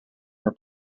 her